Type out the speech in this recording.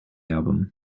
album